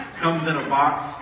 comes-in-a-box